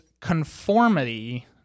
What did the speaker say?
conformity